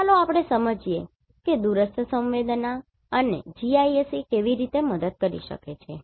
તો ચાલો આપણે સમજીએ કે દૂરસ્થ સંવેદનાઅને GIS કેવી રીતે મદદ કરી શકે છે